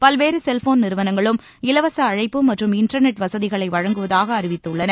பல்வேறு செல்போன் நிறுவனங்களும் இலவச அழைப்பு மற்றும் இன்டர்நெட் வசதிகளை வழங்குவதாக அறிவித்துள்ளன